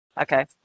Okay